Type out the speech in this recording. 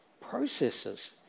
processes